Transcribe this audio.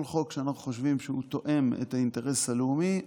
כל חוק שאנחנו חושבים שהוא תואם את האינטרס הלאומי,